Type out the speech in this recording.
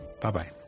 Bye-bye